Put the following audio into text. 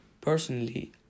Personally